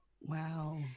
Wow